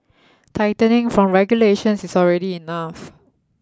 tightening from regulations is already enough